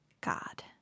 God